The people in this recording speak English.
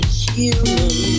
human